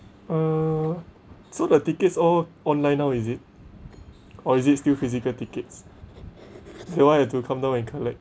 uh so the tickets all online now is it or is it still physical tickets the one you have to come down and collect